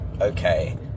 okay